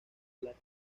black